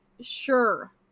sure